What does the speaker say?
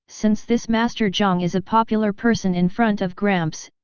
since this master jiang is a popular person in front of gramps,